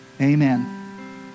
Amen